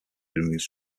removes